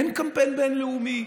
אין קמפיין בין-לאומי.